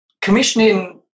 commissioning